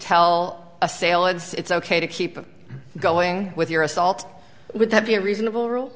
tell assailants it's ok to keep going with your assault would that be a reasonable rule